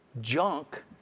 junk